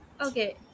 Okay